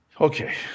Okay